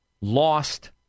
lost